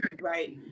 Right